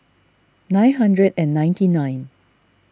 nine hundred and ninety nine